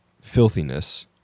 filthiness